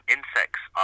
Insects